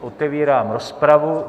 Otevírám rozpravu.